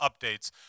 updates